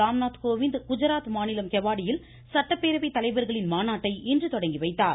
ராம்நாத் கோவிந்த் குஜராத் மாநிலம் கெவாடியில் சட்டப்பேரவை தலைவர்களின் மாநாட்டை இன்று தொடங்கி வைத்தார்